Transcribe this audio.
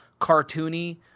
cartoony